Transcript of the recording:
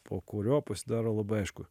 po kurio pasidaro labai aišku